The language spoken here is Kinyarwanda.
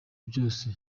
byose